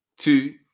Two